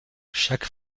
chaque